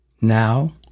Now